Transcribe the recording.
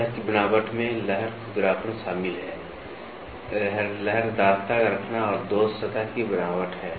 सतह की बनावट में लहर खुरदरापन शामिल है लहरदारता रखना और दोष सतह की बनावट है